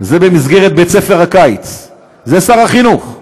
זה במסגרת בית-ספר הקיץ, זה שר החינוך.